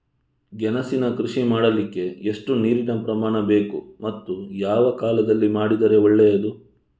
ಗೆಣಸಿನ ಕೃಷಿ ಮಾಡಲಿಕ್ಕೆ ಎಷ್ಟು ನೀರಿನ ಪ್ರಮಾಣ ಬೇಕು ಮತ್ತು ಯಾವ ಕಾಲದಲ್ಲಿ ಮಾಡಿದರೆ ಒಳ್ಳೆಯದು?